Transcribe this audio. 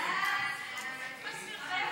ההצעה